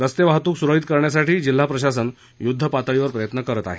रस्ते वाहतूक सुरळीत करण्यासाठी जिल्हा प्रशासन युद्धपातळीवर प्रयत्न करत आहे